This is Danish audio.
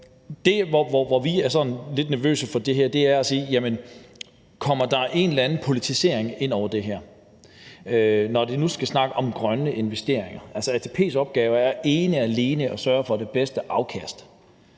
Der, hvor vi er sådan lidt nervøse for det her, er i forhold til at sige, om der kommer en eller anden politisering ind over det her, når der nu skal snakkes om grønne investeringer. ATP's opgave er ene og alene at sørge for det bedste afkast.